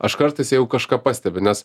aš kartais jeigu kažką pastebiu nes